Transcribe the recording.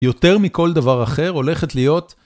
יותר מכל דבר אחר הולכת להיות ...